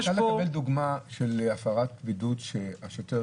אפשר לקבל דוגמה של הפרת בידוד שהשוטר